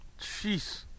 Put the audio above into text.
Jeez